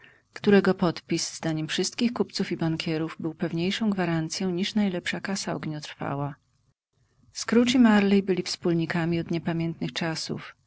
którego podpis zdaniem wszystkich kupców i bankierów był pewniejszą gwarancją niż najlepsza kasa ogniotrwała scrooge i marley byli wspólnikami od niepamiętnych czasów